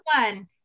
one